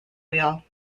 wheel